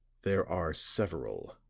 there are several.